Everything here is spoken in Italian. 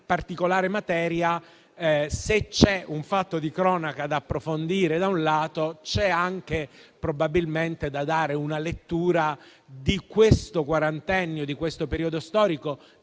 particolare materia, se c'è un fatto di cronaca da approfondire, da un lato, c'è anche, dall'altro, da dare una lettura di questo quarantennio e del periodo storico